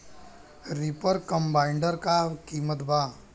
Reaper combiner का किमत बा?